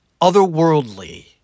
otherworldly